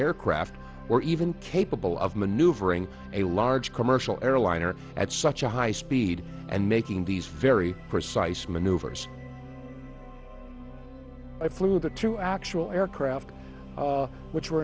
aircraft were even capable of maneuvering a large commercial airliner at such a high speed and making these very precise maneuvers i flew the two actual aircraft which were